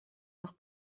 noch